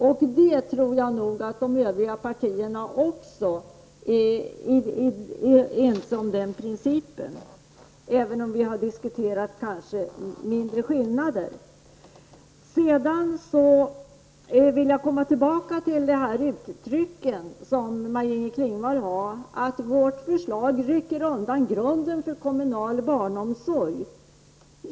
Jag tror också att de övriga partierna är ense om den principen, även om vi har diskuterat mindre skillnader. Jag vill komma tillbaka till uttrycken som Maj Inger Klingvall använde att vårt förslag rycker undan grunden för kommunal barnomsorg.